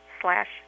slash